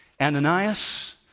Ananias